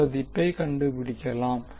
இன் மதிப்பை கண்டுபிடிக்கலாம்